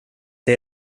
det